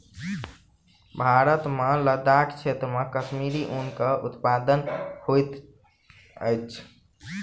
भारत मे लदाख क्षेत्र मे कश्मीरी ऊन के उत्पादन होइत अछि